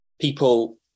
people